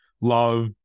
love